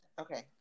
Okay